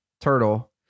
turtle